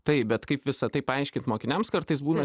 taip bet kaip visa tai paaiškint mokiniams kartais būna